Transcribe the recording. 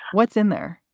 what's in there?